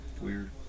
Weird